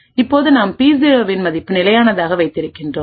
இப்போது நாம் பி0 இன் மதிப்பை நிலையானதாக வைத்திருக்கிறோம்